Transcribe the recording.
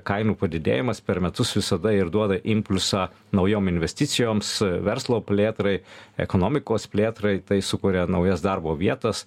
kainų padidėjimas per metus visada ir duoda impulsą naujom investicijoms verslo plėtrai ekonomikos plėtrai tai sukuria naujas darbo vietas